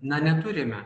na neturime